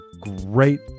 great